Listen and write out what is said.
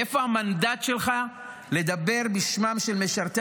מאיפה המנדט שלך לדבר בשמם של משרתי